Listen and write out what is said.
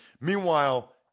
Meanwhile